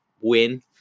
win